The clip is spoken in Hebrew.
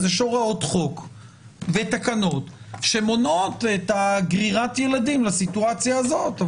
יש הוראות חוק ותקנות שמונעות את גרירת הילדים לסיטואציה הזאת.